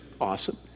awesome